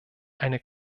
eine